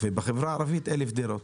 ובחברה הערבית 1,000 דירות.